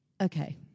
Okay